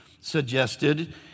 suggested